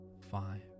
five